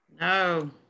No